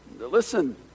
listen